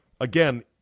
again